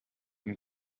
and